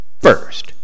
First